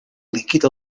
líquid